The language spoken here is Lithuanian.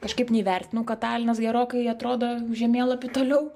kažkaip neįvertinau kad talinas gerokai atrodo žemėlapy toliau